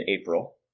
April